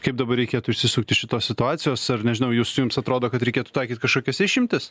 kaip dabar reikėtų išsisukt iš šitos situacijos ar nežinau jūs jums atrodo kad reikėtų taikyt kažkokias išimtis